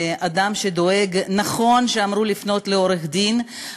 נכון שאמרו לפנות לעורך-דין,